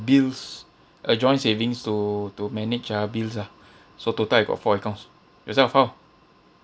bills a joint savings to to manage uh bills ah so total I got four accounts yourself how